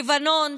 לבנון,